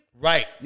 Right